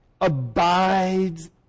abides